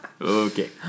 Okay